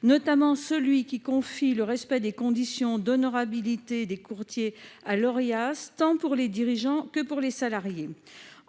eux confie le contrôle du respect des conditions d'honorabilité des courtiers à l'Orias, tant pour les dirigeants que pour les salariés.